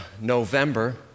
November